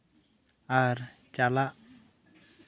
ᱟᱨ ᱪᱟᱞᱟᱜ